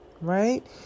right